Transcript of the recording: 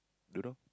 don't know